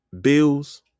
Bills